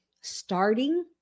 starting